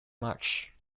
match